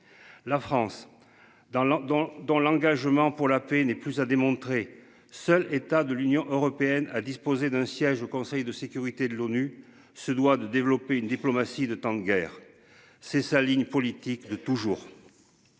dans dans dans l'engagement pour la paix n'est plus à démontrer. Seul état de l'Union européenne à disposer d'un siège au Conseil de sécurité de l'ONU se doit de développer une diplomatie de temps de guerre, c'est sa ligne politique de toujours.